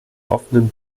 offenen